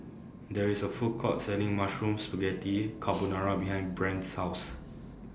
There IS A Food Court Selling Mushroom Spaghetti Carbonara behind Brent's House